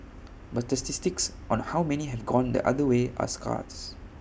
but statistics on how many have gone the other way are scarce